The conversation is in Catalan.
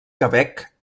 quebec